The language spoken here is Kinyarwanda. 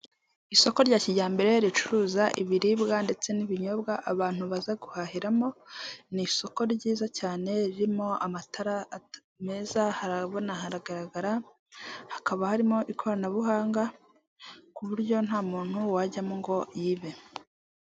Isoko rya kijyambere ricuruza ibiribwa ndetse n'ibinyobwa abantu baza guhahiramo, ni isoko ryiza cyane ririmo amatara meza, harabona haragaragara, hakaba harimo ikoranabuhanga ku buryo ntamuntu wajyamo ngo yibe.